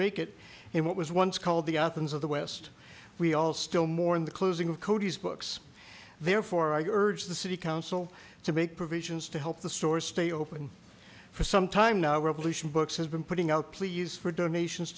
make it in what was once called the athens of the west we all still mourn the closing of cody's books therefore i urge the city council to make provisions to help the store stay open for some time now revolution books has been putting out pleas for donations